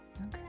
Okay